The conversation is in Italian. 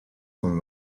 con